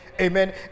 Amen